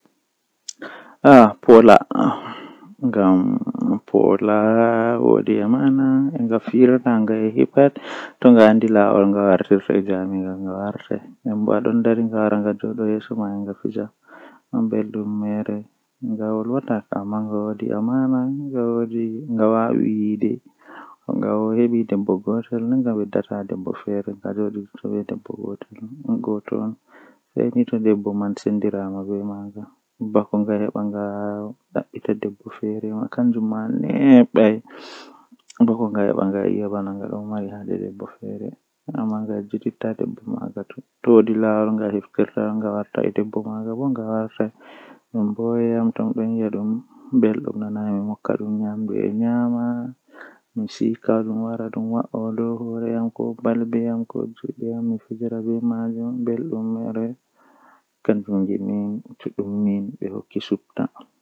Mi wayn mo o tokka danuki be law to ohebi o dani be law wawan walluki mo haa babal finugo o tokka finugo law nden o tokka wadugo mo findinta mo debbo mako malla sobajo mako malla mo woni haa kombi maako tokka findungo mo be law.